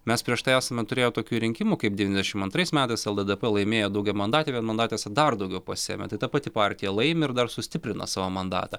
mes prieš tai esame turėję tokių rinkimų kaip devyniasdešim antrais metais lddp laimėjo daugiamandatėje vienmandatėse dar daugiau pasiėmė tai ta pati partija laimi ir dar sustiprina savo mandatą